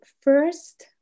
First